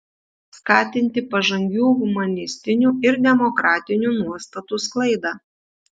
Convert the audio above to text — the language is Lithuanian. skatinti pažangių humanistinių ir demokratinių nuostatų sklaidą